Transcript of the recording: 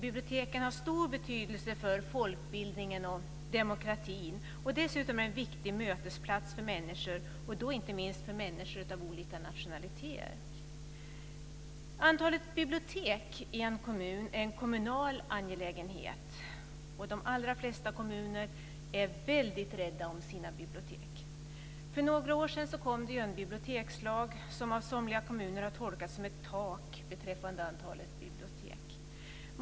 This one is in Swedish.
Biblioteken har stor betydelse för folkbildningen och demokratin, och dessutom är de en viktig mötesplats för människor - inte minst för människor av olika nationaliteter. Antalet bibliotek i en kommun är en kommunal angelägenhet. De allra flesta kommuner är väldigt rädda om sina bibliotek. För några år sedan kom en bibliotekslag som av somliga kommuner har tolkats som ett tak beträffande antalet bibliotek.